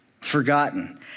Forgotten